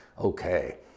okay